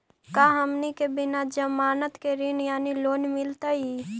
का हमनी के बिना जमानत के ऋण यानी लोन मिलतई?